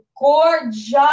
gorgeous